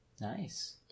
Nice